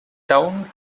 town